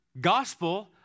gospel